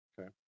Okay